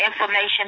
information